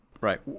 Right